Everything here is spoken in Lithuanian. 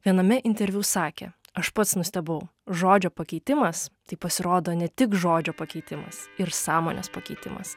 viename interviu sakė aš pats nustebau žodžio pakeitimas tai pasirodo ne tik žodžio pakeitimas ir sąmonės pakeitimas